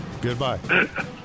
Goodbye